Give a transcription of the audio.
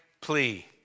plea